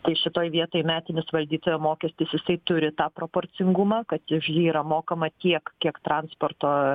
tai šitoj vietoj metinis valdytojo mokestis jisai turi tą proporcingumą kad už jį yra mokama tiek kiek transporto